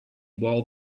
while